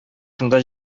шунда